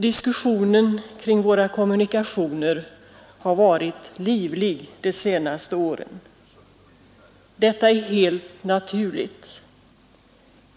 Diskussionen kring våra kommunikationer har varit livlig de senaste åren. Detta är helt naturligt.